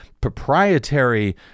proprietary